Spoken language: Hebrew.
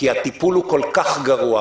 הטיפול הוא כל כך גרוע,